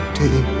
day